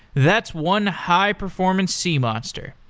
that's one high performance sea monster.